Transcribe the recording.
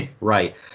Right